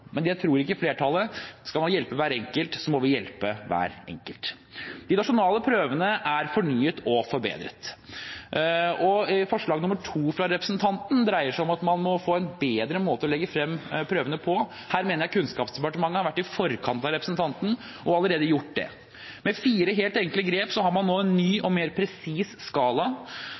men det tror ikke flertallet. Skal man hjelpe hver enkelt, så må vi hjelpe hver enkelt. De nasjonale prøvene er fornyet og forbedret. Forslag nr. 2 fra representantene dreier seg om at man må få en bedre måte å legge frem prøvene på. Her mener jeg at Kunnskapsdepartementet har vært i forkant av representantene og allerede gjort det. Med fire helt enkle grep har man nå fått en ny